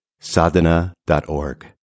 Sadhana.org